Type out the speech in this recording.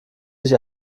sich